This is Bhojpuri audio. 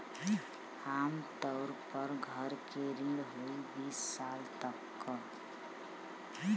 आम तउर पर घर के ऋण होइ बीस साल क